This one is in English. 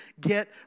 get